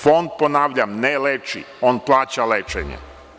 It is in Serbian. Fond ponavljam, ne leči, on plaća lečenje.